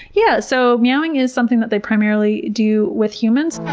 yeah. so meowing is something that they primarily do with humans.